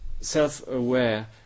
self-aware